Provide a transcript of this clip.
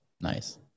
Nice